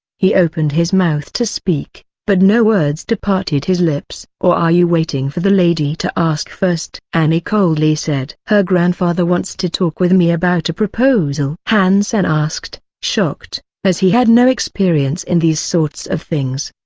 he opened his mouth to speak, but no words departed his lips. or are you waiting for the lady to ask first? annie coldly said. her grandfather wants to talk with me about a proposal? han sen asked, shocked, as he had no experience in these sorts of things.